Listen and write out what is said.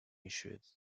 issues